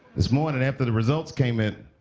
this morning after the results came in,